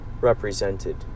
represented